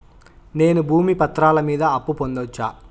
నేను భూమి పత్రాల మీద అప్పు పొందొచ్చా?